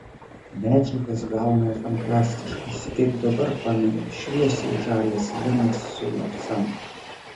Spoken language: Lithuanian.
medžiagas gavome fantastiškas kaip dabar pamenu šviesiai žalias linas su lavsanu